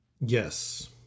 Yes